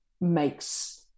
makes